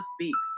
Speaks